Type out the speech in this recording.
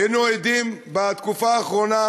היינו עדים בתקופה האחרונה